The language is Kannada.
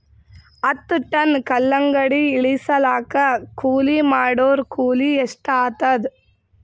ಹತ್ತ ಟನ್ ಕಲ್ಲಂಗಡಿ ಇಳಿಸಲಾಕ ಕೂಲಿ ಮಾಡೊರ ಕೂಲಿ ಎಷ್ಟಾತಾದ?